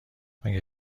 مگه